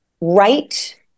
right